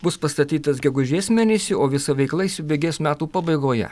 bus pastatytas gegužės mėnesį o visa veikla įsibėgės metų pabaigoje